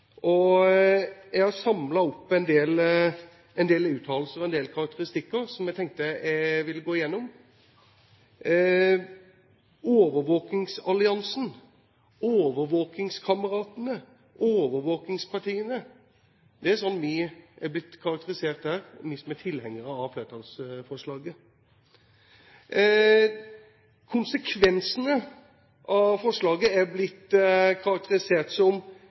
dag. Jeg har samlet opp en del uttalelser og en del karakteristikker som jeg tenkte jeg ville gå gjennom: overvåkingsalliansen, overvåkingskameratene, overvåkingspartiene. Det er sånn vi er blitt karakterisert her, vi som er tilhengere av flertallsforslaget. Konsekvensene av forslaget er blitt karakterisert som: